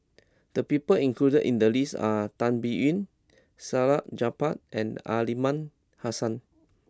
the people included in the list are Tan Biyun Salleh Japar and Aliman Hassan